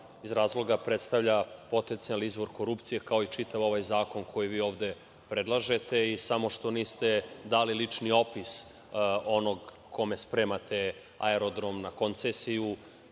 član 2. predstavlja potencijalni izvor korupcije, kao i čitav ovaj zakon koji vi ovde predlažete i samo što niste dali lični opis onog kome spremate aerodrom na koncesiju,